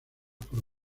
por